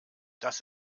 das